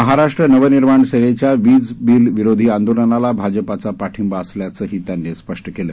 महाराष्ट्र नवनिर्माण सेनेच्यावीज बिल विरोधी आंदोलनाला भाजपाचा पाठिंबा असल्याचही त्यांनी स्पष्ट केलं